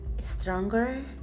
stronger